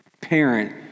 parent